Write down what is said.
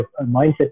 mindset